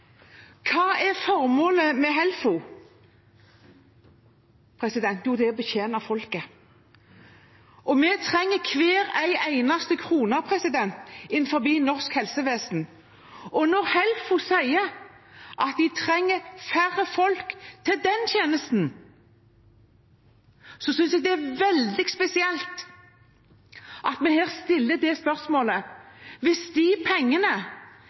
Hva er formålet med Helfo? Jo, det er å betjene folket. Vi trenger hver eneste krone innenfor norsk helsevesen. Når Helfo sier at de trenger færre folk til den tjenesten, synes jeg det er veldig spesielt at vi her stiller det spørsmålet hvis de pengene